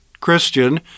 Christian